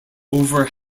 over